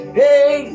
hey